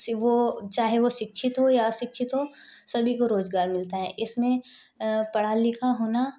सी वह चाहे वह शिक्षित हो या अशिक्षित हो सभी को रोज़गार मिलता है इसमें पढ़ा लिखा होना